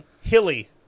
hilly